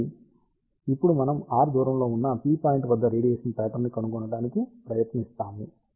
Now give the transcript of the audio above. కాబట్టి ఇప్పుడు మనం r దూరంలో ఉన్న p పాయింట్ వద్ద రేడియేషన్ ప్యాట్రన్ ని కనుగొనడానికి ప్రయత్నిస్తున్నాము